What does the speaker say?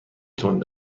تند